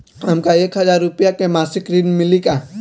हमका एक हज़ार रूपया के मासिक ऋण मिली का?